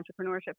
entrepreneurship